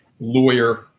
lawyer